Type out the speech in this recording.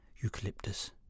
eucalyptus